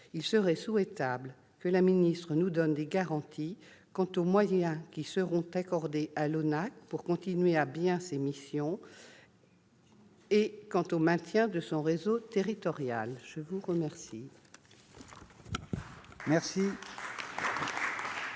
Il serait souhaitable que le Gouvernement nous donne des garanties quant aux moyens qui seront accordés à l'ONAC-VG pour continuer à mener à bien ses missions et quant au maintien de son réseau territorial. Je vous rappelle